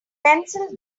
pencils